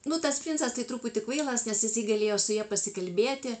nu tas princas tai truputį kvailas nes jisai galėjo su ja pasikalbėti